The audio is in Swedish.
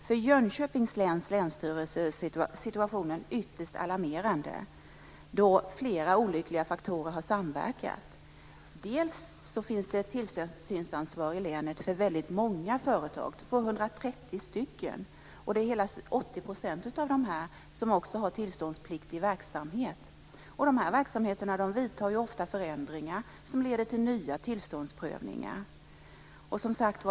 För Jönköpings läns länsstyrelse är situationen ytterst alarmerande då flera olyckliga faktorer har samverkat. Bl.a. finns det ett tillsynsansvar i länet för väldigt många företag - 230 - och hela 80 % av dem har tillståndspliktig verksamhet. I dessa verksamheter görs ofta förändringar som leder till nya tillståndsprövningar.